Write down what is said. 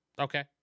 Okay